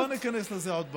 לא ניכנס לזה עוד פעם.